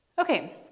Okay